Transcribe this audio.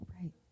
Right